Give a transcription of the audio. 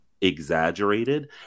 exaggerated